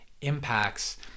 impacts